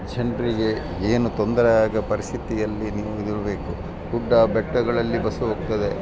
ಜನರಿಗೆ ಏನು ತೊಂದರೆಯಾಗದ ಪರಿಸ್ಥಿತಿಯಲ್ಲಿ ನೀವು ಇರಬೇಕು ಗುಡ್ಡ ಬೆಟ್ಟಗಳಲ್ಲಿ ಬಸ್ಸು ಹೋಗ್ತದೆ